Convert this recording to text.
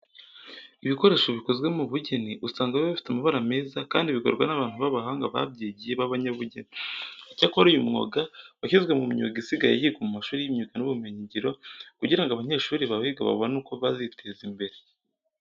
Ibikoresho bikozwe mu bugeni, usanga biba bifite amabara meza kandi bikorwa n'abantu b'abahanga babyigiye b'abanyabugeni. Icyakora uyu mwuga washyizwe mu myuga isigaye yigwa mu mashuri y'imyuga n'ubumenyingiro kugira ngo abanyeshuri bawiga babone uko baziteza imbere.